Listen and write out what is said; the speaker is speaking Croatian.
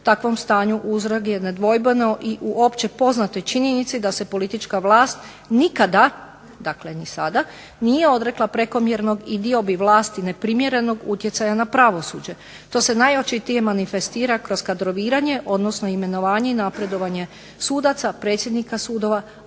takvom stanju uzrok je nedvojbeno i u opće poznatoj činjenici da se politička vlast nikada, dakle ni sada, nije odrekla prekomjernog i diobi vlasti neprimjerenog utjecaja na pravosuđe. To se najočitije manifestira kroz kadroviranje odnosno na imenovanje i napredovanje sudaca, predsjednika sudova